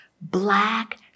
black